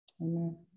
Amen